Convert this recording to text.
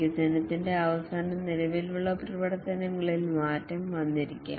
വികസനത്തിന്റെ അവസാനം നിലവിലുള്ള പ്രവർത്തനങ്ങളിൽ മാറ്റം വന്നിരിക്കാം